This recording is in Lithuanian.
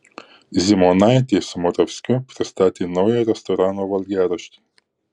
zymonaitė su moravskiu pristatė naują restorano valgiaraštį